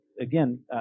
again